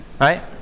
Right